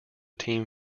team